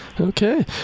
Okay